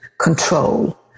control